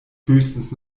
höchstens